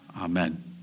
Amen